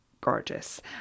gorgeous